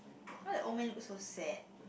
why the old man look so sad